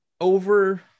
over